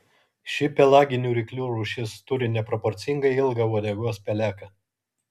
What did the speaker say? ši pelaginių ryklių rūšis turi neproporcingai ilgą uodegos peleką